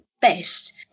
Best